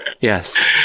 Yes